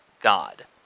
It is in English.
God